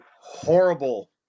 horrible